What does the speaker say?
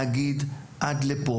להגיד עד לפה.